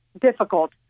difficult